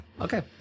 Okay